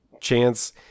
Chance